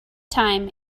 time